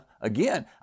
Again